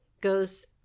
goes